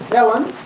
ellen,